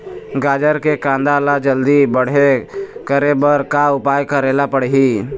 गाजर के कांदा ला जल्दी बड़े करे बर का उपाय करेला पढ़िही?